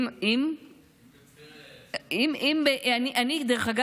אם בטבריה יעשו את זה דרך אגב,